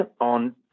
on